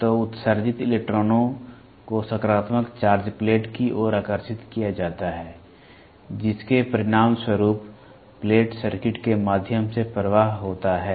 तो उत्सर्जित इलेक्ट्रॉनों को सकारात्मक चार्ज प्लेट की ओर आकर्षित किया जाता है जिसके परिणामस्वरूप प्लेट सर्किट के माध्यम से प्रवाह होता है